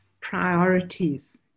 priorities